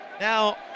Now